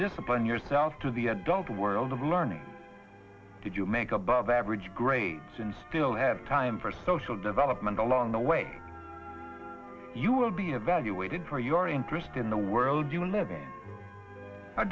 discipline yourself to the adult world of learning did you make above average grades and still have time for social development along the way you will be evaluated for your interest in the world you live in a